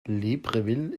libreville